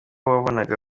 wabonaga